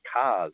cars